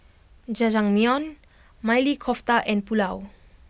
Jajangmyeon Maili Kofta and Pulao